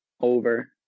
over